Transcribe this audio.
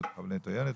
פעילות חבלנית עוינת,